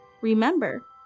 Remember